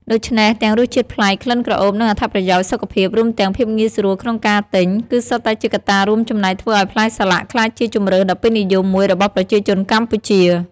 ដូច្នេះ ទាំងរសជាតិប្លែក ក្លិនក្រអូប និងអត្ថប្រយោជន៍សុខភាព រួមទាំងភាពងាយស្រួលក្នុងការទិញ គឺសុទ្ធតែជាកត្តារួមចំណែកធ្វើឱ្យផ្លែសាឡាក់ក្លាយជាជម្រើសដ៏ពេញនិយមមួយរបស់ប្រជាជនកម្ពុជា។